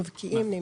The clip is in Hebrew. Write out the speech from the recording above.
מבקיעים נמצא.